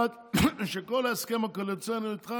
אחד, שכל ההסכם הקואליציוני אתך